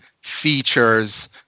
features